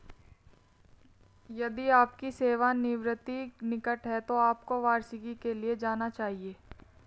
यदि आपकी सेवानिवृत्ति निकट है तो आपको वार्षिकी के लिए जाना चाहिए